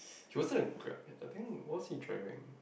he was like Grab I think what was he driving